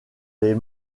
les